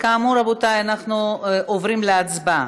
כאמור, רבותי, אנחנו עוברים להצבעה.